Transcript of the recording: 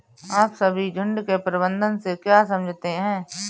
आप सभी झुंड के प्रबंधन से क्या समझते हैं?